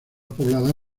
poblada